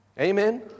Amen